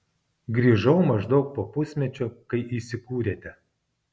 grįžau maždaug po pusmečio kai įsikūrėte